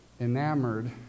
enamored